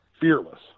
fearless